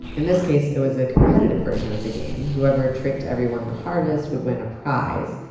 in this case, it was a competitive version of the game whoever tricked everyone the hardest would win a prize,